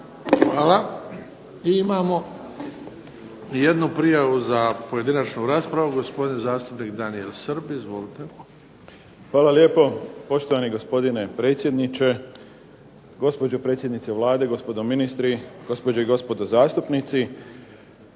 Hvala. I imamo jednu prijavu za pojedinačnu raspravu. Gospodin zastupnik Daniel Srb. Izvolite. **Srb, Daniel (HSP)** Hvala lijepo. Poštovani gospodine predsjedniče, gospođo predsjednice Vlade, gospodo ministri, gospođe i gospodo zastupnici.